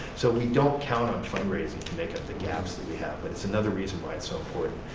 so we don't count on fundraising to make-up the gaps that we have, but it's another reason why it's so important.